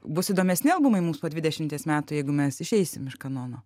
bus įdomesni albumai mums po dvidešimties metų jeigu mes išeisim iš kanono